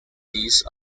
these